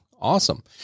awesome